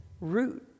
root